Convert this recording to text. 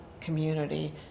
community